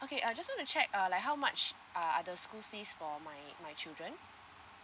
okay I just to check uh like how much are are the school fees for my my children